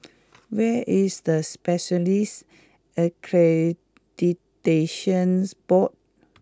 where is the Specialists Accreditation Board